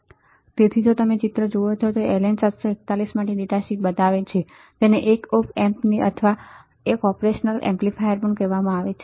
તેથી જો તમે ચિત્ર જુઓ તો ચિત્ર LM 741 માટે ડેટા શીટ બતાવે છે તેને એક ઓપ op amp અથવા એક ઓપરેશનલ એમ્પ્લીફાયર પણ કહેવામાં આવે છે